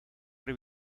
pero